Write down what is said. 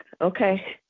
okay